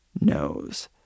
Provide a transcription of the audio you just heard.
knows